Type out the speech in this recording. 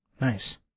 Nice